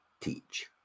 teach